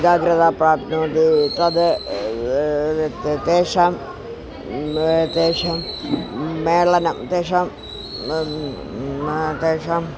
जागृकता प्राप्नुवन्ति तद् तेषां तेषां मेलनं तेषां तेषाम्